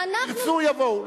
ירצו יבואו,